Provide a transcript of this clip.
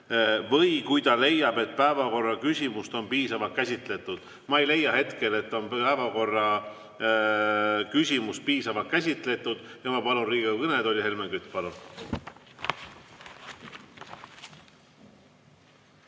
või kui ta leiab, et päevakorraküsimust on piisavalt käsitletud. Ma ei leia hetkel, et päevakorraküsimust on piisavalt käsitletud ja ma palun Riigikogu kõnetooli Helmen Küti. Palun